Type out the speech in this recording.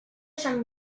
sant